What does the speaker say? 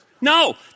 No